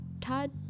Todd